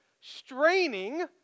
straining